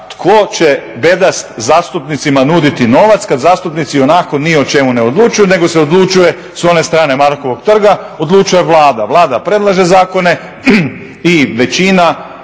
tko će bedast zastupnicima nuditi novac kad zastupnici ionako ni o čemu ne odlučuju, nego se odlučuje sa one strane Markovog trga, odlučuje Vlada. Vlada predlaže zakone i većina